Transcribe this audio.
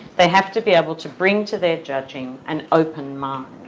they have to be able to bring to their judging an open mind,